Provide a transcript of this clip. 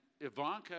Ivanka